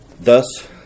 Thus